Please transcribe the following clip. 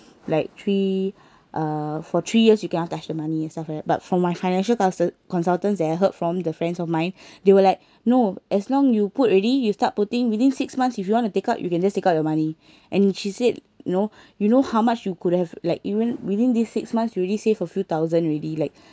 like three uh for three years you cannot touch the money and stuff like that but from my financial counsel~ consultants that I heard from the friends of mine they were like no as long you put already you start putting within six months if you want to take out you can just take out your money and she said you know you know how much you could have like even within these six months you already save a few thousand already like